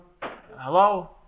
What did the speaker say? Hello